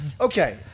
Okay